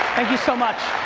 thank you so much.